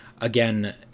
again